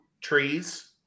trees